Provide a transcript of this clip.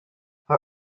her